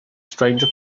stranger